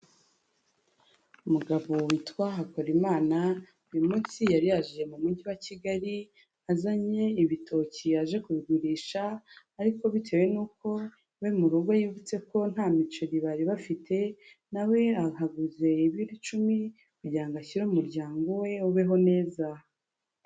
Umugabo witwa Hakorimana, uyu munsi yari yaje mu Mujyi wa Kigali azanye ibitoki yaje kubigurisha, ariko bitewe n'uko iwe mugo yibutse ko nta miceri bari bafite, na we ahaguze ibiro icumi, kugira ngo ashyire umuryango we ubeho neza.